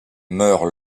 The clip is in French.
meurt